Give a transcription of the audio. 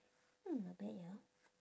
hmm not bad ya